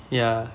ya